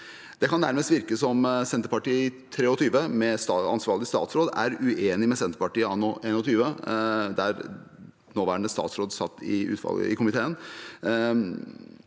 Det kan nærmest virke som at Senterpartiet i 2023, med ansvarlig statsråd, er uenig med Senterpartiet anno 2021, da nåværende statsråd satt i komiteen.